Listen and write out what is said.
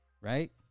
right